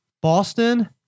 Boston